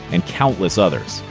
and countless others.